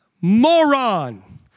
Moron